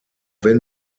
wenn